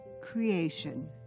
creation